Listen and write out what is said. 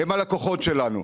הם הלקוחות שלנו.